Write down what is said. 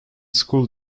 school